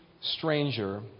stranger